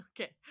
Okay